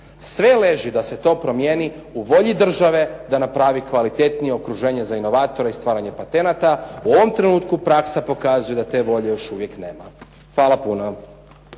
Sve leži da se to promijeni u volji države da napravi kvalitetnije okruženje za inovatore i stvaranje patenata, u ovom trenutku praksa pokazuje da te volje još uvijek nema. Hvala puno.